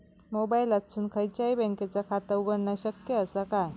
मोबाईलातसून खयच्याई बँकेचा खाता उघडणा शक्य असा काय?